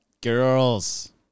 Girls